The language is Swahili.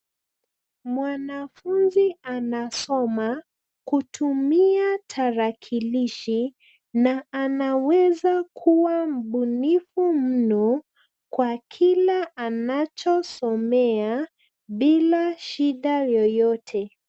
Mwanafunzi anasoma kutumia tarakilishi na anaweza kuwa mbunifu mno kwa kila anachosomea bila shida yoyote.